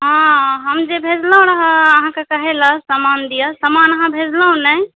हॅं हम जे भेजलहुँ रहऽ अहाँके कहै लए समान दिया समान अहाँ भेजलहुँ नहि